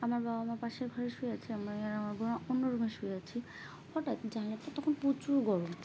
আমার বাবা মা পাশের ঘরে শুয়ে আছে আমি আর আমার বোন অন্য রুমে শুয়ে আছি হঠাৎ জানালাটা তখন প্রচুর গরম